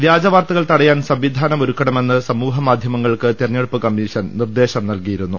വ്യാജ വാർത്തകൾ തടയാൻ സംവിധാനമൊരുക്കണമെന്ന് സമൂഹ മാധ്യമങ്ങൾക്ക് തെരഞ്ഞെടുപ്പ് കമീഷൻ നിർദേശം നൽകിയിരുന്നു